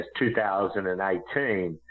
2018